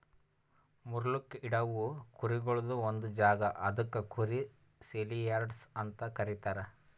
ಮಾರ್ಲುಕ್ ಇಡವು ಕುರಿಗೊಳ್ದು ಒಂದ್ ಜಾಗ ಅದುಕ್ ಕುರಿ ಸೇಲಿಯಾರ್ಡ್ಸ್ ಅಂತ ಕರೀತಾರ